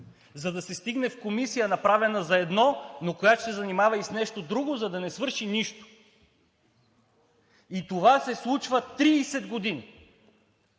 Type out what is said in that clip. за да се стигне до комисия, направена за едно, но която се занимава и с нещо друго, за да не свърши нищо. И това се случва 30 години!